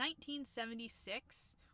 1976